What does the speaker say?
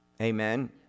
Amen